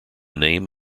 name